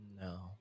no